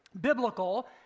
biblical